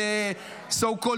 של so called